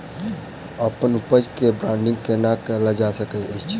अप्पन उपज केँ ब्रांडिंग केना कैल जा सकैत अछि?